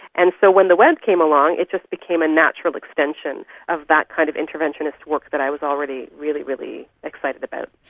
and so when the web came along it just became a natural extension of that kind of interventionist work that i was already really, really excited about.